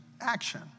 action